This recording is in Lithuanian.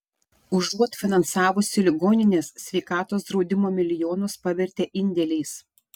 užuot finansavusi ligonines sveikatos draudimo milijonus pavertė indėliais